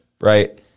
right